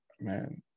man